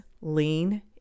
lean